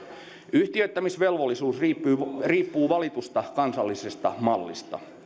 yhtiöittämisvelvollisuus riippuu valitusta kansallisesta mallista